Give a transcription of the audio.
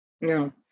No